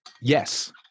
Yes